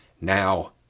Now